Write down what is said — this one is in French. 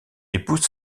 épouse